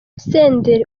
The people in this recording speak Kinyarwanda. senderi